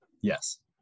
yes